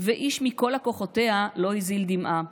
ואיש מכל לקוחותיה לא הזיל דמעה,